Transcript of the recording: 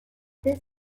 this